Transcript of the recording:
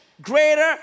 greater